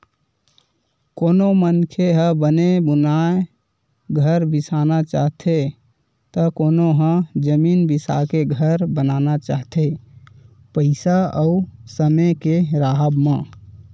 कोनो मनखे ह बने बुनाए घर बिसाना चाहथे त कोनो ह जमीन बिसाके घर बनाना चाहथे पइसा अउ समे के राहब म